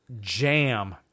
jam